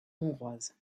hongroise